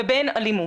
ובין אלימות.